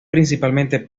principalmente